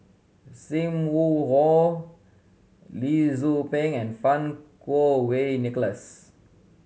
Sim Wong Hoo Lee Tzu Pheng and Fang Kuo Wei Nicholas